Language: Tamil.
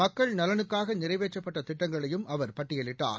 மக்கள் நலனுக்காகநிறைவேற்றப்பட்டதிட்டங்களையும் அவர் பட்டியலிட்டார்